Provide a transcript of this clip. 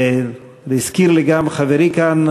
הזכיר לי גם חברי כאן,